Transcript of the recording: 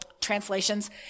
translations